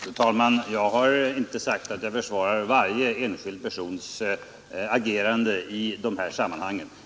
Fru talman! Jag har inte sagt att jag försvarar varje enskild persons agerande i de här sammanhangen.